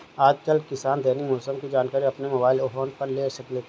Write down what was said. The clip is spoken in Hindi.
आजकल किसान दैनिक मौसम की जानकारी अपने मोबाइल फोन पर ले लेते हैं